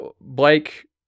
Blake